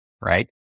Right